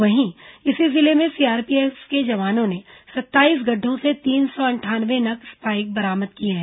वहीं इसी जिले में सीआरपीएफ के जवानों ने सत्ताईस गड्ढ़ों से तीन सौ अंठानवे नग स्पाइक बरामद किए हैं